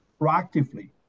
proactively